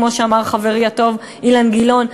כמו שאמר חברי הטוב אילן גילאון,